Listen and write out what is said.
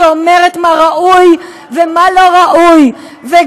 שאומרת מה ראוי ומה לא ראוי, לא נתת לו מקום.